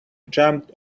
jumped